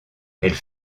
elles